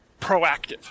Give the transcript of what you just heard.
Proactive